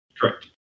Correct